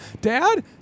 dad